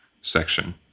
section